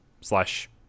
slash